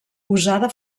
usada